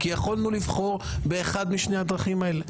כי יכולנו לבחור באחד משני הדרכים האלה.